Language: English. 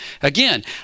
Again